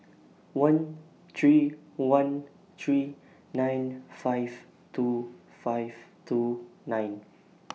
one three one three nine five two five two nine